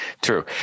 True